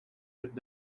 could